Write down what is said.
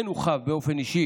אין הוא חב באופן אישי.